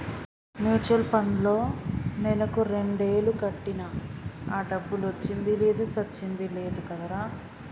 mutual పండ్లో నెలకు రెండేలు కట్టినా ఆ డబ్బులొచ్చింది లేదు సచ్చింది లేదు కదరా